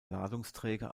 ladungsträger